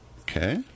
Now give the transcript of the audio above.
okay